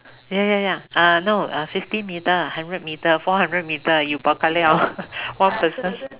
ya ya ya uh no <(uh) fifty metre hundred metre four hundred metre you bao ka liao ah one person